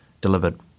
delivered